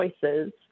choices